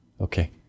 Okay